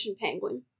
penguin